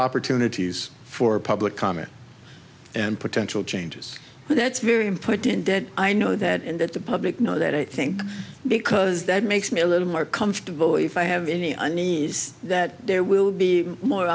opportunities for public comment and potential changes and that's very important that i know that and that the public know that i think because that makes me a little more comfortable if i have any unease that there will be more